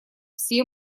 все